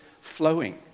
flowing